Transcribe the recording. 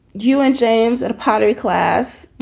you and james at a pottery class.